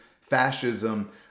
fascism